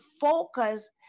focus